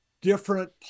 different